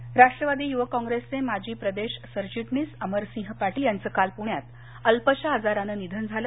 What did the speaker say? निधन राष्ट्रवादी यूवक काँग्रेसचे माजी प्रदेश सरचिटणीस अमरसिंह पाटील यांचं काल प्ण्यात अल्पशा आजरानं निधन झालं